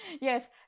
yes